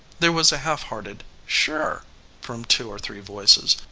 there was a half-hearted sure from two or three voices,